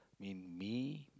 mean me